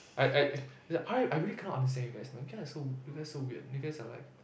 I I err r_i I really cannot understand you guys like you guy is so so weird you guys are like